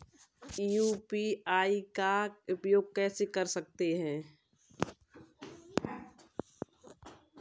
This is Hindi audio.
यू.पी.आई का उपयोग कैसे कर सकते हैं?